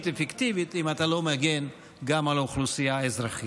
אפקטיבית אם אתה לא מגן גם על האוכלוסייה האזרחית.